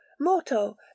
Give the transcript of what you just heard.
Morto